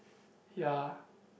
ya